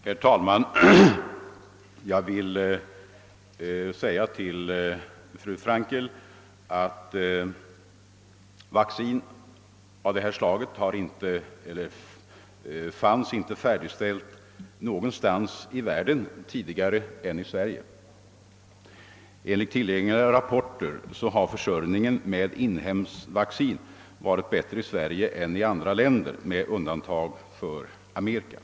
Herr talman! Jag vill säga till fru Frenkel att vaccin av detta slag inte fanns färdigställt någonstans i världen tidigare än här i Sverige. Enligt tillgängliga rapporter har försörjningen med inhemskt vaccin varit bättre i Sve rige än i andra länder med undantag för Amerika.